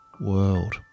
world